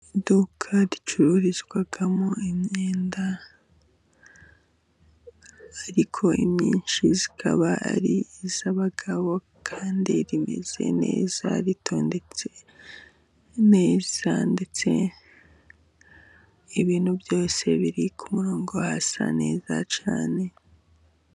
Iduka ricururizwamo imyenda ariko imyinshi ikaba ari iy'abagabo, kandi rimeze neza ritondetse neza, ndetse ibintu byose biri ku murongo hasa neza cyane.